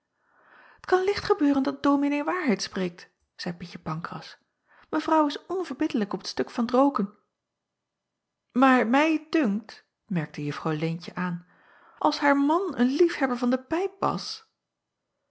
t an licht gebeuren dat ominee waarheid spreekt zeî ietje ancras evrouw is onverbiddelijk op het stuk van t rooken aar mij dunkt merkte uffrouw eentje aan als haar man een liefhebber van de pijp was